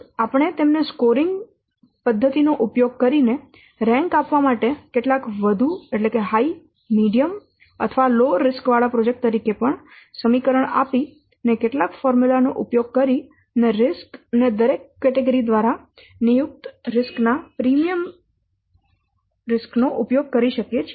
આપણે તેમને સ્કોરિંગ પદ્ધતિ નો ઉપયોગ કરીને રેન્ક આપવા માટે કેટલાક વધુ મધ્યમ અથવા ઓછા જોખમવાળા પ્રોજેક્ટ્સ તરીકે પણ સમીકરણ આપીને કેટલાક ફોર્મ્યુલા નો ઉપયોગ કરીને જોખમો અને દરેક કેટેગરી દ્વારા નિયુક્ત જોખમો ના પ્રીમિયમ નો ઉપયોગ કરી શકીએ છીએ